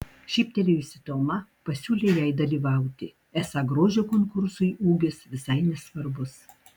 šyptelėjusi toma pasiūlė jai dalyvauti esą grožio konkursui ūgis visai nesvarbus